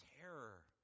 terror